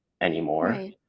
anymore